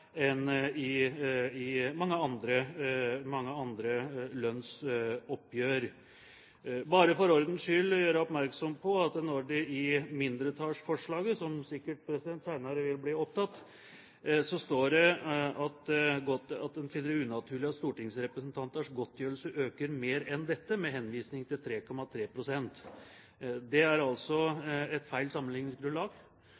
enn de gjør i mange andre lønnsoppgjør. Jeg vil bare for ordens skyld få gjøre oppmerksom på at når det i mindretallsforslaget, som sikkert senere vil bli tatt opp, står at en «finner det unaturlig at stortingsrepresentanters godtgjørelse øker mer enn dette» – med henvisning til 3,3 pst. – så er det altså et feil sammenligningsgrunnlag. Hvis en tar det kronebeløpet som er